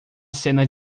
cena